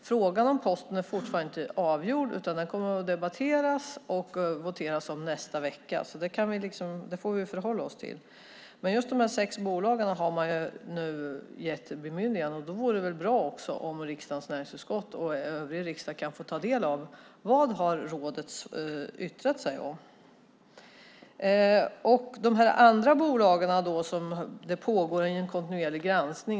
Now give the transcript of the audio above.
Frågan om Posten är fortfarande inte avgjord, utan den kommer att debatteras och voteras om nästa vecka. Det får vi förhålla oss till. Men just när det gäller de sex bolagen har man ju nu gett bemyndigande, och då vore det väl bra om riksdagens näringsutskott och övrig riksdag kan få ta del av vad rådet har yttrat sig om. När det gäller de här andra bolagen pågår en kontinuerlig granskning.